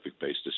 based